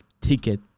ticket